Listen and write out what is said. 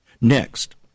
Next